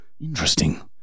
Interesting